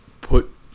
put